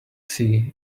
sea